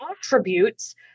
attributes